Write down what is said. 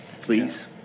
please